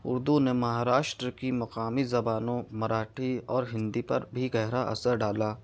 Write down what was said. اردو نے مہاراشٹر کی مقامی زبانوں مراٹھی اور ہندی پر بھی گہرا اثر ڈالا